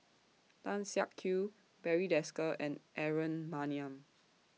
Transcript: Tan Siak Kew Barry Desker and Aaron Maniam